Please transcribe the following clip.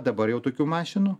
dabar jau tokių mašinų